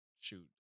shoot